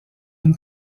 une